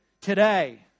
today